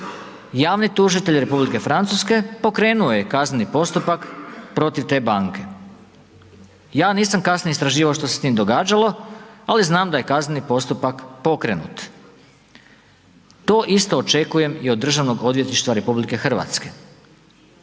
javni tužitelj Republike Francuske pokrenuo je kazneni postupak protiv te banke. Ja nisam kasnije istraživao što se s tim događalo, ali znam da je kazneni postupak pokrenut, to isto očekujem i od DORH-a, moramo znati da se u ovom trenutku